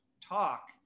talk